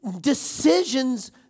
Decisions